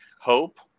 hope